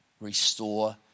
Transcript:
restore